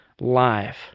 Live